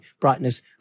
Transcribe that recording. brightness